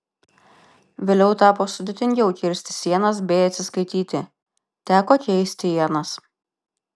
vėliau tapo sudėtingiau kirsti sienas bei atsiskaityti teko keisti ienas